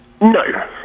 no